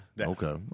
Okay